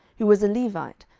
who was a levite,